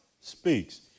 speaks